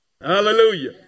Hallelujah